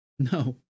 No